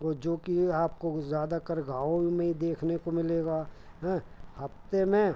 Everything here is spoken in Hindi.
वह जोकि आपको ज़्यादाकर गाँव में ही देखने को मिलेगा हफ़्ते में